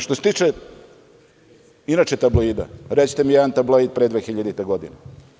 Što se tiče tabloida, recite mi jedan tabloid pre 2000. godine.